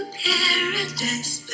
paradise